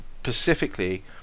specifically